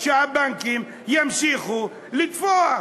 שהבנקים ימשיכו לתפוח,